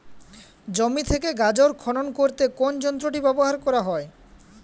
জমি থেকে গাজর খনন করতে কোন যন্ত্রটি ব্যবহার করা হয়?